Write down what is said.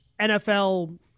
NFL